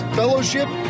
fellowship